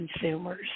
consumers